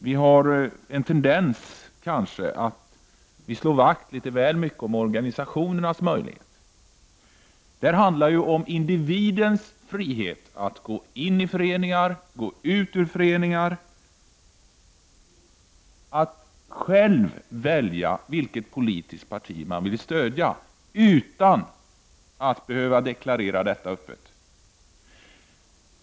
Vi har en tendens att slå vakt litet väl mycket om organisationernas möjligheter, men här handlar det om individens frihet att gå in i föreningar, att gå ut ur föreningar, att själv välja vilket politiskt parti man vill stödja utan att behöva deklarera detta öppet.